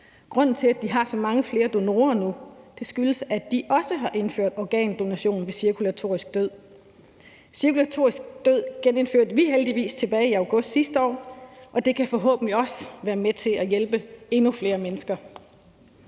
Grunden til, at de har så mange flere donorer nu, er, at de også har indført organdonation ved cirkulatorisk død. Organdonatation ved cirkulatorisk død genindførte vi heldigvis tilbage i august sidste år, og det kan forhåbentlig også være med til at hjælpe endnu flere mennesker.